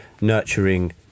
nurturing